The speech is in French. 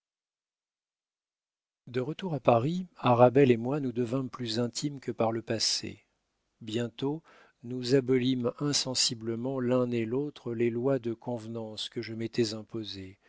de retour à paris arabelle et moi nous devînmes plus intimes que par le passé bientôt nous abolîmes insensiblement l'un et l'autre les lois de convenance que je m'étais imposées